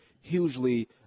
hugely